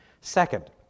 Second